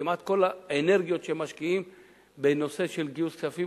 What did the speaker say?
כמעט כל האנרגיות שהם משקיעים בנושא של גיוס כספים,